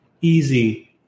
easy